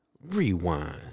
rewind